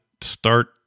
start